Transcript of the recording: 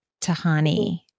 Tahani